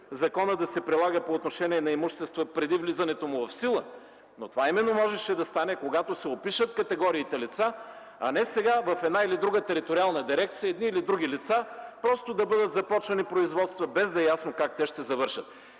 законът да се прилага по отношение на имущество преди влизането му в сила, но това именно можеше да стане, когато се опишат категориите лица, а не сега в една или друга териториална дирекция, едни или други лица, просто да бъдат започвани производства, без да е ясно как те ще завършат.